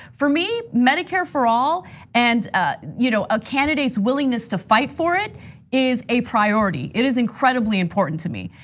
for me, medicare for all and you know a candidate's willingness to fight for it is a priority, it is incredibly important to me.